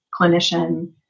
clinician